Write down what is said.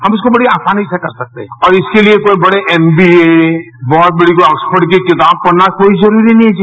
हम इसको बड़ी आसानी से कर सकते हैं और इसके लिए कोई बड़े एमबीए बहत बड़ी आक्सफोर्ड की किताब पढ़ना कोई जरूरी नहीं है